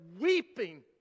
weeping